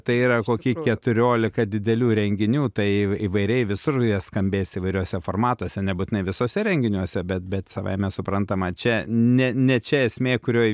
tai yra kokį keturiolika didelių renginių tai įv įvairiai visur jie skambės įvairiuose formatuose nebūtinai visuose renginiuose bet bet savaime suprantama čia ne ne čia esmė kurioj